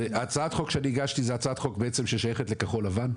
הצעת החוק שהגשתי זה הצעת חוק בעצם ששייכת לכחול לבן,